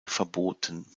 verboten